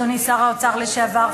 אדוני שר האוצר לשעבר,